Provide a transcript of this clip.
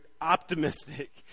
Optimistic